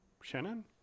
shannon